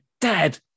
dad